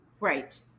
Right